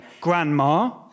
grandma